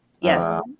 Yes